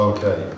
Okay